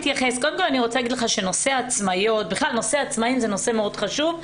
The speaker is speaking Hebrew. קודם כל אני רוצה להגיד לך שבכלל נושא העצמאים זה נושא מאוד חשוב,